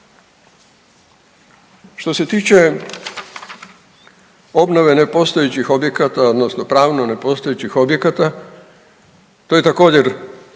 Što se tiče obnove nepostojećih objekata odnosno pravno nepostojećih objekata to je također